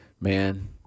man